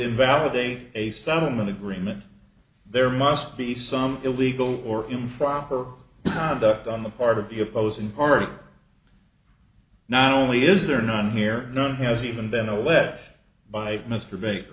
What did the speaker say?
invalidate a stuntman agreement there must be some illegal or improper conduct on the part of the opposing party not only is there none here none has even been a left by mr ba